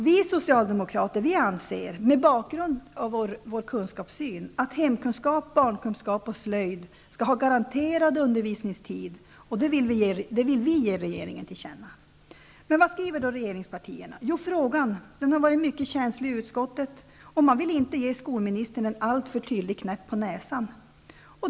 Vi socialdemokrater anser, mot bakgrund av vår syn på kunskaperna, att hemkunskap, barnkunskap och slöjd skall ha en garanterad undervisningstid. Detta vill vi ge regeringen till känna. Vad skriver då regeringspartierna? Frågan har varit mycket känslig i utskottet. Man vill inte ge skolministern en alltför tydlig knäpp på näsan.